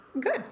Good